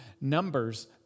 numbers